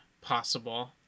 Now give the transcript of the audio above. possible